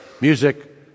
music